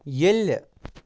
ییٚلہِ